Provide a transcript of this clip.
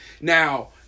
Now